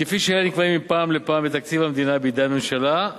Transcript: כפי שאלה נקבעים מפעם לפעם בתקציב המדינה בידי הממשלה,